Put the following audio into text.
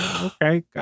Okay